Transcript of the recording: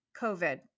COVID